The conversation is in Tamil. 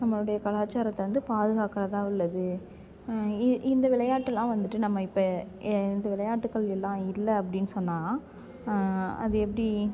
நம்மளுடைய கலாச்சாரத்தை வந்து பாதுகாக்கறதாக உள்ளது இ இந்த விளையாட்டுலாம் வந்துட்டு நம்ம இப்போ இந்த விளையாட்டுக்கள் எல்லாம் இல்லை அப்டினு சொன்னால் அது எப்படி